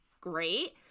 great